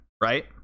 right